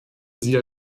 sie